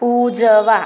उजवा